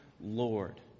Lord